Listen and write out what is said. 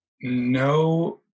no